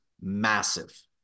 massive